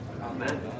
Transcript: Amen